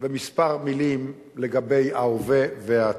וכמה מלים לגבי ההווה והעתיד.